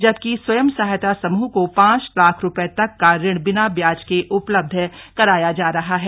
जबकि स्वयं सहायता समूह को पांच लाख रूपये तक ऋण बिना ब्याज के उपलब्ध कराया जा रहा है